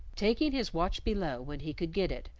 taking his watch below when he could get it,